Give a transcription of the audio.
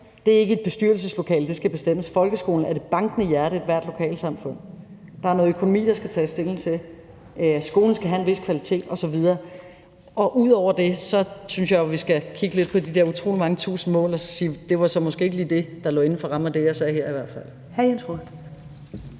Det er ikke i et bestyrelseslokale, det skal bestemmes. Folkeskolen er det bankende hjerte i ethvert lokalsamfund. Der er noget økonomi, der skal tages stilling til. Skolen skal have en vis kvalitet osv. Og ud over det synes jeg jo vi skal kigge lidt på de der utrolig mange tusind mål og så sige: Det var måske ikke lige det, der lå inden for rammen af det, jeg sagde her. Kl. 17:21 Første